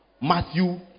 Matthew